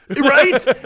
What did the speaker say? Right